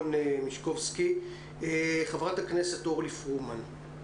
חברת הכנסת אורלי פרומן.